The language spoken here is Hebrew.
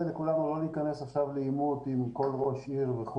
לכולנו לא להיכנס עכשיו לעימות עם כל ראש עיר.